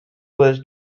was